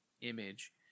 image